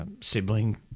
sibling